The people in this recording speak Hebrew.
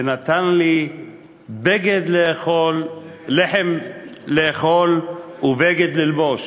ונתן לי לחם לאכול ובגד ללבוש.